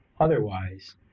otherwise